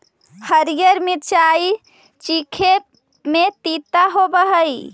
हरीअर मिचाई चीखे में तीता होब हई